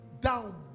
down